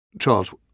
Charles